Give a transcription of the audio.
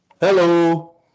Hello